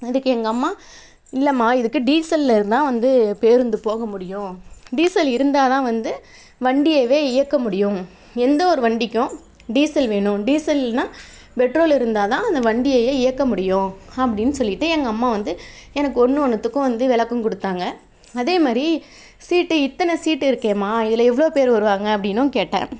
அதுக்கு எங்கள் அம்மா இல்லைம்மா இதுக்கு டீசல் இருந்தால் வந்து பேருந்து போக முடியும் டீசல் இருந்தால் தான் வந்து வண்டியவே இயக்க முடியும் எந்த ஒரு வண்டிக்கும் டீசல் வேணும் டீசல் இல்லைன்னா பெட்ரோல் இருந்தால் தான் அந்த வண்டியவே இயக்க முடியும் அப்படின்னு சொல்லிட்டு எங்கள் அம்மா வந்து எனக்கு ஒன்று ஒன்றுத்துக்கும் வந்து விளக்கம் கொடுத்தாங்க அதே மாதிரி சீட்டு இத்தனை சீட்டு இருக்கேம்மா இதில் எவ்வளோ பேர் வருவாங்க அப்படின்னும் கேட்டேன்